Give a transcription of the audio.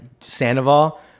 Sandoval